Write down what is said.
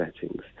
settings